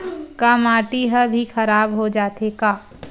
का माटी ह भी खराब हो जाथे का?